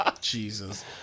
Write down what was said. Jesus